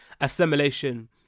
assimilation